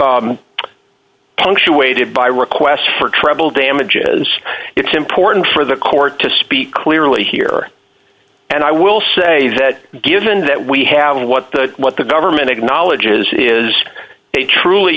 pocket punctuated by requests for treble damages it's important for the court to speak clearly here and i will say that given that we have what the what the government acknowledges is a truly